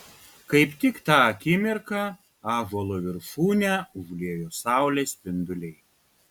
kaip tik tą akimirką ąžuolo viršūnę užliejo saulės spinduliai